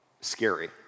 scary